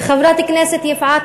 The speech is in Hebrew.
וחברת הכנסת יפעת,